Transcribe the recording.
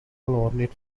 ornate